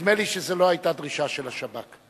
נדמה לי שזו לא היתה דרישה של השב"כ.